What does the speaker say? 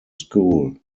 school